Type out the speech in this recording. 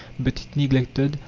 but it neglected,